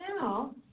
now